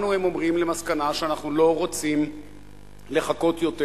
הם אומרים: הגענו למסקנה שאנחנו לא רוצים לחכות יותר.